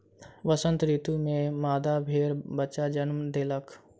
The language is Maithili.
वसंत ऋतू में मादा भेड़ बच्चाक जन्म देलक